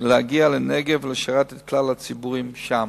להגיע לנגב ולשרת את כלל הציבורים שם.